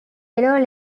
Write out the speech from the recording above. yellow